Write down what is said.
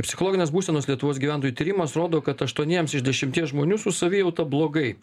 psichologinės būsenos lietuvos gyventojų tyrimas rodo kad aštuoniems iš dešimties žmonių su savijauta blogai